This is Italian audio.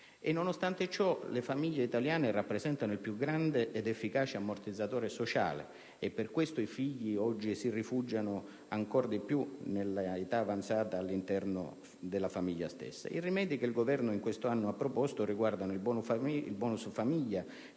Nonostante ciò, le famiglie italiane rappresentano il più grande ed efficace ammortizzatore sociale e per questo i figli oggi si rifugiano ancor di più, in età avanzata, all'interno della famiglia stessa. I rimedi che il Governo in questo anno ha proposto riguardano il *bonus* famiglia,